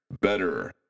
better